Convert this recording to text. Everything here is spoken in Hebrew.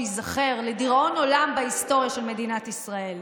שייזכר לדיראון עולם בהיסטוריה של מדינת ישראל,